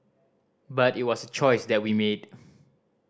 but it was a choice that we made